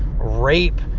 rape